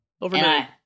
Overnight